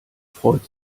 freut